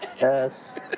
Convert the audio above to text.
Yes